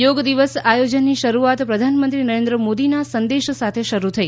યોગ દિવસ આયોજનની શરૂઆત પ્રધાનમંત્રી નરેન્દ્ર મોદીના સંદેશ સાથે શરૂ થઇ